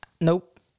nope